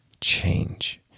change